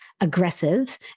aggressive